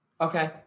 okay